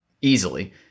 Easily